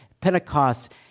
Pentecost